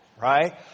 right